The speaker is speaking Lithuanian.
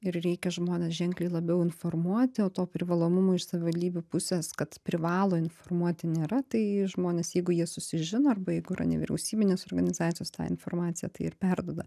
ir reikia žmones ženkliai labiau informuoti o to privalomumo iš savivaldybių pusės kad privalo informuoti nėra tai žmonės jeigu jie susižino arba jeigu yra nevyriausybinės organizacijos tą informaciją tai ir perduoda